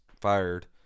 fired